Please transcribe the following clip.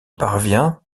parvient